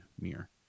mirror